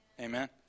Amen